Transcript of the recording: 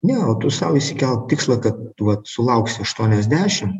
ne o tu sau išsikelk tikslą kad vat sulauksi aštuoniasdešim